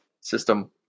system